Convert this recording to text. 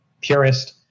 purist